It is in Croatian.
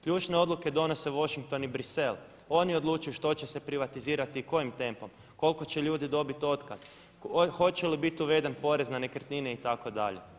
Ključne odluke donose Washington i Bruxelles oni odlučuju što će se privatizirati i kojim tempom, koliko će ljudi dobiti otkaz, hoće li biti uveden porez na nekretnine itd.